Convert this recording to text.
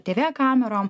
tv kamerom